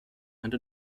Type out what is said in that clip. and